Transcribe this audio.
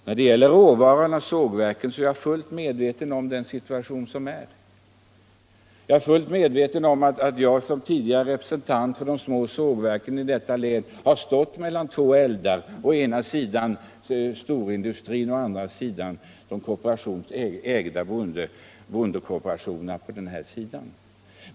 När det gäller råvarorna och sågverken vill jag säga att jag är fullt medveten om den rådande situationen. Jag är fullt medveten om att jag som f. d. representant för de små sågverken i Jönköpings län har stått mellan två eldar: å ena sidan storindustrin och å andra sidan bondekooperationerna.